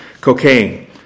Cocaine